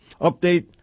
Update